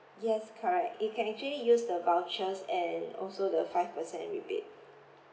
yes correct you can actually use the vouchers and also the five percent rebate